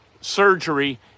surgery